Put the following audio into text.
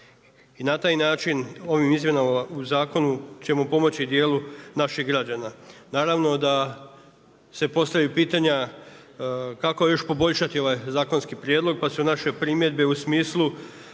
I na taj način ovim izmjenama u zakonu ćemo pomoći u dijelu naših građana. Naravno da se postavljaju pitanja kako još poboljšati naš zakonski prijedlog pa su naše primjedbe u smislu